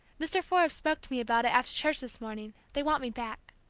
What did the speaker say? mr. forbes spoke to me about it after church this morning they want me back.